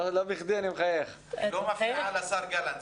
לא מפריעה לשר גלנט.